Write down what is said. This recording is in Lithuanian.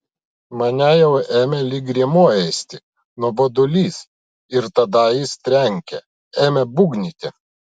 mane jau ėmė lyg rėmuo ėsti nuobodulys ir tada jis trenkė ėmė būgnyti